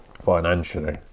financially